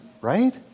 right